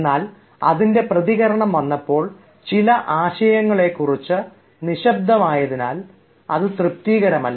എന്നാൽ അതിൻറെ പ്രതികരണം വന്നപ്പോൾ ചില ആശയങ്ങളെക്കുറിച്ച് നിശബ്ദമായതിനാൽ അത് തൃപ്തികരമല്ല